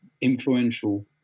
influential